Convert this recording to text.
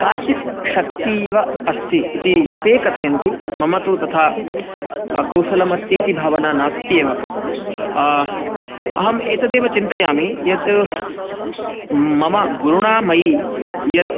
काचित् शक्तीव अस्ति इति ते कथयन्ति मम तु तथा कौशलम् अस्ति इति भावना नास्ति एव अहम् एतदेव चिन्तयामि यत् मम गुरुणा मयि यत्